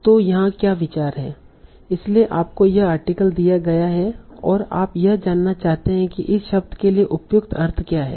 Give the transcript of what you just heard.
तो यहाँ क्या विचार है इसलिए आपको यह आर्टिकल दिया गया है और आप यह जानना चाहते हैं कि इस शब्द के लिए उपयुक्त अर्थ क्या है